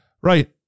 Right